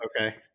Okay